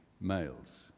males